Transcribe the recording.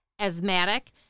asthmatic